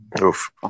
Oof